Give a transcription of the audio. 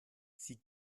sie